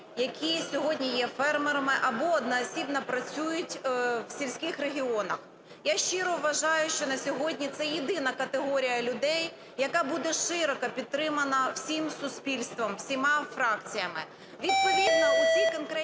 які сьогодні є фермерами або одноосібно працюють в сільських регіонах. Я щиро вважаю, що на сьогодні це єдина категорія людей, яка буде широко підтримана всім суспільством, всіма фракціями.